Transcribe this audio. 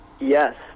yes